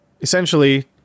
essentially